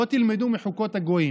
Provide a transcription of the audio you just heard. לא תלמדו מחוקות הגויים,